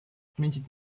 отметить